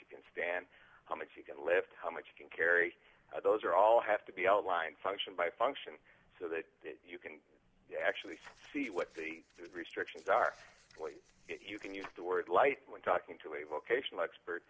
you can stand how much you can lift how much you can carry those are all have to be outlined function by function so that you can actually see what the restrictions are if you can use the word lightly when talking to a vocational expert